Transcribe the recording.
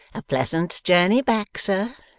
a pleasant journey back, sir.